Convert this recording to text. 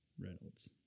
Reynolds